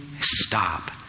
stop